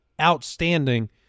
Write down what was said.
Outstanding